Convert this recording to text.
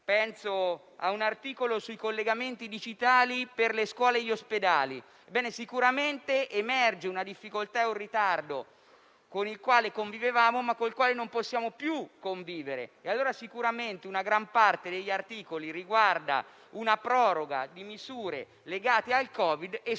penso a un articolo relativo ai collegamenti digitali per le scuole e gli ospedali. Sicuramente emergono una difficoltà e un ritardo con i quali convivevamo, ma non possiamo più convivere. Una gran parte degli articoli riguarda la proroga di misure legate al Covid